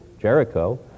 Jericho